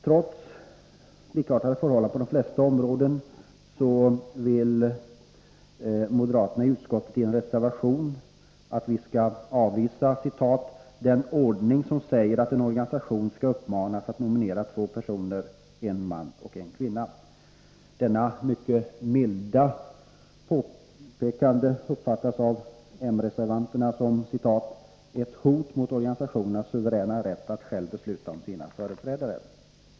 Trots likartade förhållanden på de flesta områden vill moderaterna i utskottet i en reservation att utskottet skall avvisa ”den ordning som säger att en organisation skall uppmanas att nominera två kandidater — en kvinna och en man ——-", Detta mycket milda påpekande uppfattas av m-reservanterna m ”ett hot mot organisationernas suveräna rätt att själva besluta om sina företrädare”.